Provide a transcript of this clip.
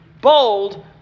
bold